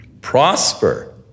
prosper